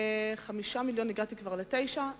ו-5 מיליונים, הגעתי כבר ל-9,